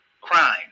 crime